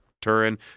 Turin